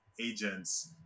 agents